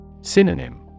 Synonym